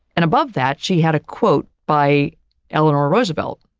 and above that she had a quote by eleanor roosevelt,